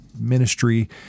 ministry